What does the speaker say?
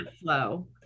flow